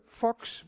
Fox